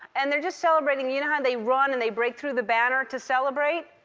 and they're just celebrating. you know how they run and they break through the banner to celebrate?